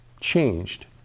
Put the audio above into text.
changed